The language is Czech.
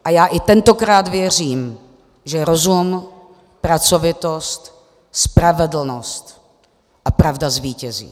A já i tentokrát věřím, že rozum, pracovitost, spravedlnost a pravda zvítězí.